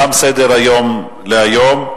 תם סדר-היום להיום.